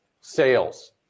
sales